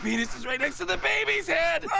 penis is right next to the baby's head.